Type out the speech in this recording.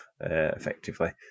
effectively